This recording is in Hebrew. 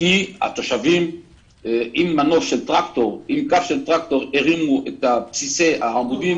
כי התושבים עם כף של טרקטור הרימו את בסיסי העמודים,